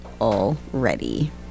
already